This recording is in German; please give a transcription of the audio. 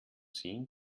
sehen